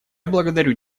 благодарю